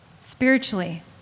spiritually